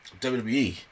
WWE